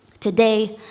Today